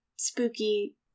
spooky